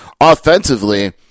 Offensively